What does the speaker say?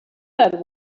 that